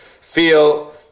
feel